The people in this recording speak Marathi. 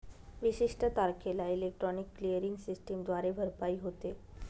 विशिष्ट तारखेला इलेक्ट्रॉनिक क्लिअरिंग सिस्टमद्वारे भरपाई होते